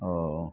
اوہ